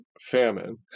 famine